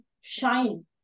shine